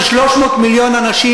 של 300 מיליון אנשים,